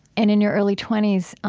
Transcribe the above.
and in your early twenty s